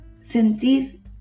sentir